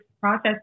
process